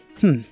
Hmm